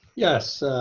yes,